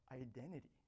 identity